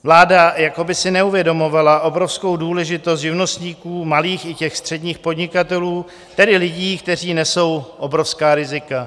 Vláda jako by si neuvědomovala obrovskou důležitost živnostníků, malých i těch středních podnikatelů, tedy lidí, kteří nesou obrovská rizika.